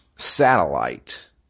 satellite